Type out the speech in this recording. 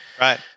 Right